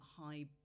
high